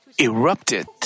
erupted